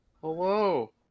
Hello